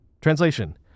Translation